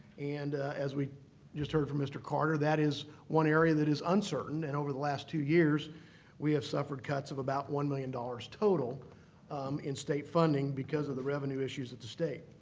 and as we just heard from mr. carter, that is one area that is uncertain, and over the last two years we have suffered cuts of about one million dollars total in state funding because of the revenue issues at the state.